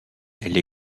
elle